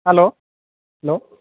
hello